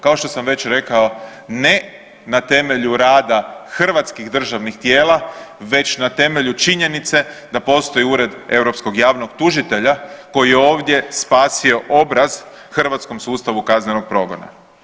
Kao što sam već rekao ne na temelju rada hrvatskih državnih tijela, već na temelju činjenice da postoji Ured europskog javnog tužitelja koji je ovdje spasio obraz hrvatskom sustavu kaznenog progona.